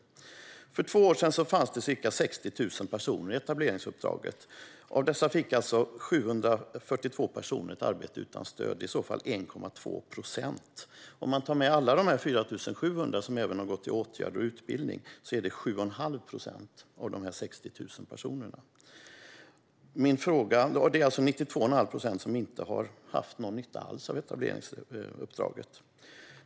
För två år sedan fanns det ca 60 000 personer i etableringsuppdraget, och av dessa fick alltså 742 personer ett arbete utan stöd. Det är i så fall 1,2 procent. Om man tar med alla 4 700, alltså även de som har gått till åtgärder och utbildning, utgör de 7 1⁄2 procent av de 60 000 personerna. Det är därmed 92 1⁄2 procent som inte har haft någon nytta alls av etableringsuppdraget.